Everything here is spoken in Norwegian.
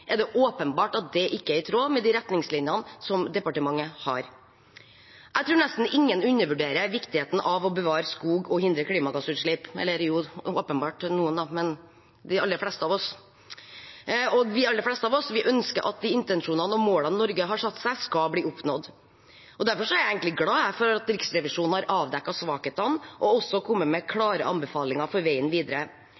er det åpenbart at det ikke er i tråd med de retningslinjene departementet har. Jeg tror nesten ingen undervurderer viktigheten av å bevare skog og hindre klimagassutslipp – eller jo, det er åpenbart noen, men de aller fleste av oss ønsker at de intensjonene og målene Norge har satt seg, skal oppnås. Derfor er jeg egentlig glad for at Riksrevisjonen har avdekket svakhetene og også kommet med